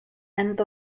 end